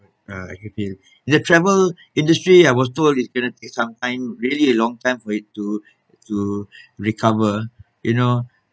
uh I can feel in the travel industry I was told it's going to take some time really a long time for it to to recover you know